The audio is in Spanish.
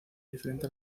diferente